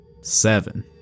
seven